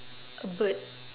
A bird